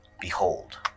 Behold